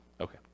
Okay